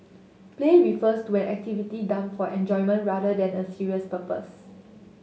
play refers to an activity done for enjoyment rather than a serious purpose